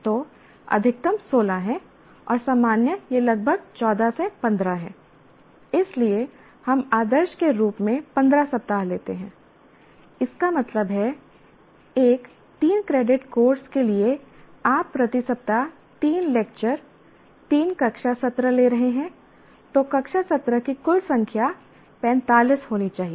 तो अधिकतम 16 है और सामान्य यह लगभग 14 से 15 है इसलिए हम आदर्श के रूप में 15 सप्ताह लेते हैं इसका मतलब है एक 3 क्रेडिट कोर्स के लिए आप प्रति सप्ताह 3 लेक्चर 3 कक्षा सत्र ले रहे हैं तो कक्षा सत्र की कुल संख्या 45 होनी चाहिए